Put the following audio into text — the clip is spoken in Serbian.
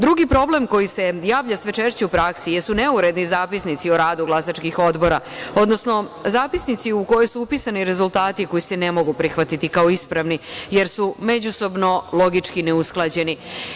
Drugi problem koji se sve češće javlja u praksi jesu neuredni zapisnici o radu glasačkih odbora, odnosno zapisnici u kojima su upisni rezultati koji se ne mogu prihvatiti kao ispravni, jer su međusobno logički neusklađeni.